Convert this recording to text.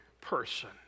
person